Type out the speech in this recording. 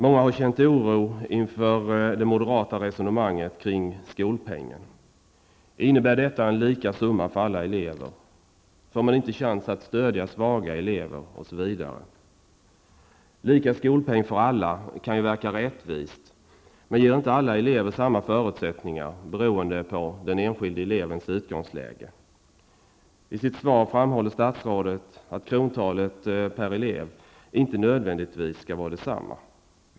Många har känt oro inför det moderata resonemanget om skolpengen. Innebär detta en lika stor summa för alla? Får man inte chans att stödja svaga elever? Lika skolpeng för alla kan ju verka rättvist, men det ger inte alla elever samma förutsättningar, beroende på den enskilde elevens utgångsläge. I sitt svar framhåller statsrådet att krontalet per elev inte nödvändigtvis skall vara detsamma.